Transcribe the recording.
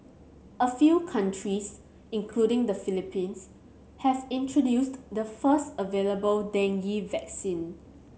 a few countries including the Philippines have introduced the first available dengue vaccine